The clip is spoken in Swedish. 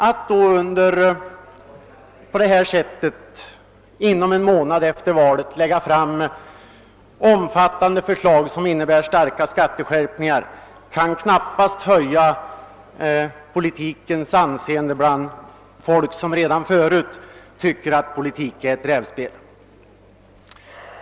Att under sådana omständigheter inom en månad efter valet lägga fram omfattande förslag till kraftiga skatteskärpningar kan knappast höja politikens anseende bland folk som redan förut tycker att politik är ett rävspel.